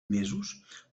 mesos